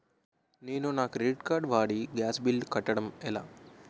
నేను నా credit card వాడి గ్యాస్ బిల్లు కట్టడం ఎలా?